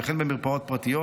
וכן במרפאות פרטיות,